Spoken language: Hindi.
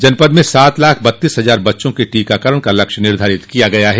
जनपद में सात लाख बत्तीस हजार बच्चों के टीकाकरण का लक्ष्य निर्धारित किया गया है